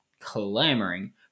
clamoring